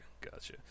Gotcha